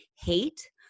hate